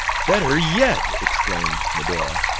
better yet! exclaimed medora.